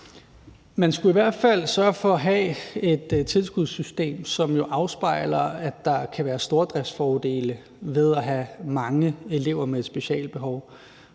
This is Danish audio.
Man skulle i hvert fald sørge for at have et tilskudssystem, som afspejler, at der kan være stordriftsfordele ved at have mange elever med et specialbehov.